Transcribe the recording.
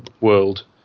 world